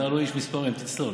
אתה הלוא איש מספרים, תצלול.